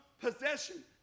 possession